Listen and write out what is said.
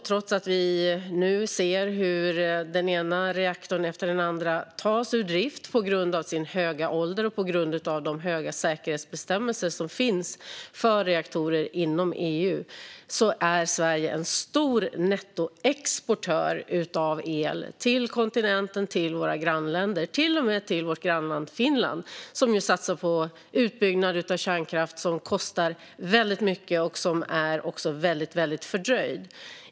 Trots att vi nu ser hur den ena reaktorn efter den andra tas ur drift på grund av sin höga ålder och de stränga säkerhetsbestämmelser som finns för reaktorer inom EU är Sverige en stor nettoexportör av el till kontinenten och till våra grannländer - till och med till vårt grannland Finland, som ju satsar på en utbyggnad av kärnkraft som kostar väldigt mycket och som är väldigt fördröjd.